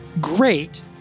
great